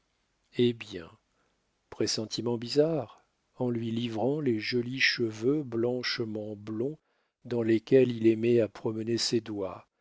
hé bien pressentiment bizarre en lui livrant les jolis cheveux blanchement blonds dans lesquels il aimait à promener ses doigts